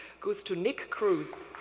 goes to nick crew.